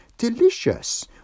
delicious